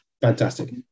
Fantastic